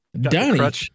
Donnie